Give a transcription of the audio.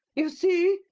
you see?